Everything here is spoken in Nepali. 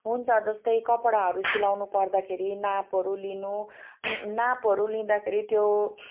हुन्छ जस्तै कपडाहरू सिलाउनुपर्दाखेरि नापहरू लिनु नापहरू लिँदाखेरि त्यो